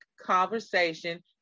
conversation